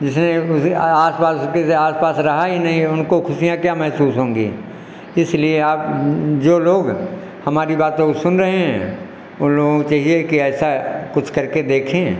जिसने उसे आस पास उसके जैसे आस पास रहा ही नहीं है उनको खुशियाँ क्या महसूस होंगी इसलिए आप जो लोग हमारी बातों को सुन रहे हैं उन लोगों से यह है कि ऐसा कुछ करके देखें